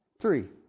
Three